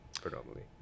predominantly